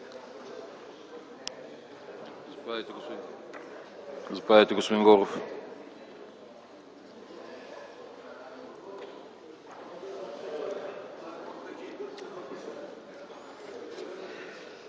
Заповядайте, господин Горов.